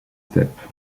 steppes